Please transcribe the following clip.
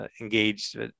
engaged